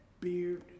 beard